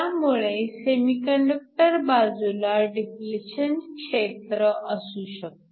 त्या मुळे सेमीकंडक्टर बाजूला डिप्लेशन क्षेत्र असू शकते